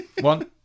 one